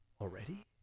already